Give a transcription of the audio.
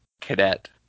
cadet